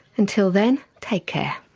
until then, take care